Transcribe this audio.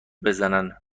بزنن